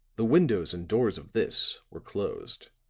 the windows and door of this were closed,